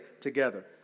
together